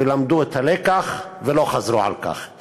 ולמדו את הלקח ולא חזרו על כך,